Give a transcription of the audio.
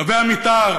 קווי המתאר